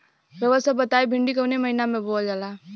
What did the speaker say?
रउआ सभ बताई भिंडी कवने महीना में बोवल जाला?